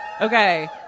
Okay